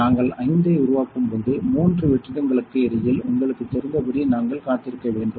நாங்கள் 5 ஐ உருவாக்கும் போது மூன்று வெற்றிடங்களுக்கு இடையில் உங்களுக்குத் தெரிந்தபடி நாங்கள் காத்திருக்க வேண்டும்